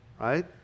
right